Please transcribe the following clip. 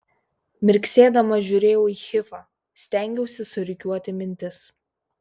mirksėdama žiūrėjau į hifą stengiausi surikiuoti mintis